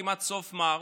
כמעט עד סוף מרץ?